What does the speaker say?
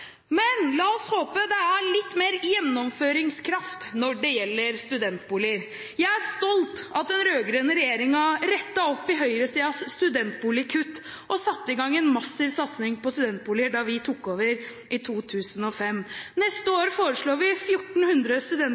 Men la oss håpe det er litt mer gjennomføringskraft når det gjelder studentboliger. Jeg er stolt over at den rød-grønne regjeringen rettet opp i høyresidens studentboligkutt og satte i gang en massiv satsing på studentboliger da vi tok over i 2005. Neste år foreslår vi